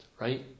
right